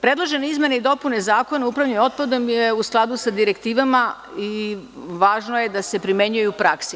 Predložene izmene i dopune Zakona o upravljanju otpadom je u skladu sa direktivama i važno je da se primenjuje u praksi.